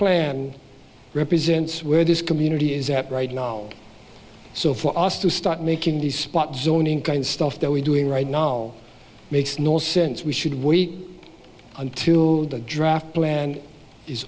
plan represents where this community is that right now so for us to start making these spot zoning kind stuff that we're doing right now makes no sense we should wait until the draft plan is